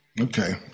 okay